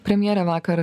premjerė vakar